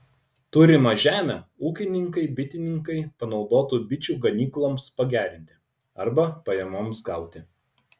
turimą žemę ūkininkai bitininkai panaudotų bičių ganykloms pagerinti arba pajamoms gauti